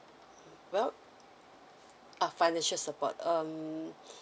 well uh financial support um